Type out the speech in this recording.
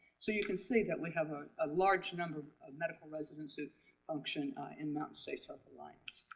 so you can see that we have a ah large number of medical residents who function in mountain states health alliance.